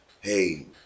hey